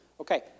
Okay